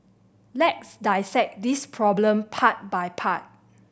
let's dissect this problem part by part